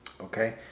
Okay